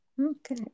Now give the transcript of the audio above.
Okay